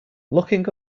looking